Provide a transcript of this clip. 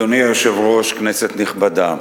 אדוני היושב-ראש, כנסת נכבדה,